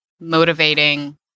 motivating